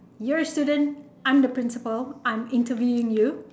you're a student I'm the principal I'm interviewing you